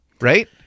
right